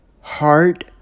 heart